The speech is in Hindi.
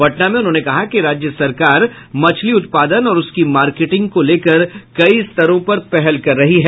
पटना में उन्होंने कहा कि राज्य सरकार मछली उत्पादन और उसकी मार्केटिंग को लेकर कई स्तरों पर पहल कर रही है